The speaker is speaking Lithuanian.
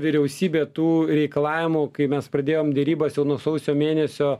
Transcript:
vyriausybė tų reikalavimų kai mes pradėjom derybas jau nuo sausio mėnesio